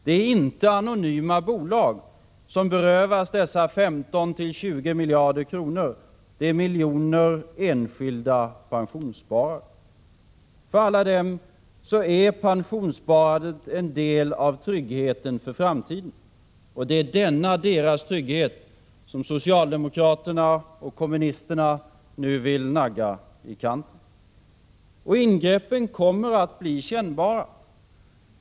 Det är inte anonyma bolag som berövas dessa 15-20 miljarder kronor — det är miljoner enskilda pensionssparare. För alla dem är pensionssparandet en del av tryggheten för framtiden. Och denna trygghet vill socialdemokraterna och kommunisterna nu nagga i kanten. Ingreppen kommer att bli kännbara.